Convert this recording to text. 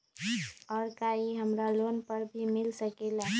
और का इ हमरा लोन पर भी मिल सकेला?